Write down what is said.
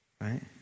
right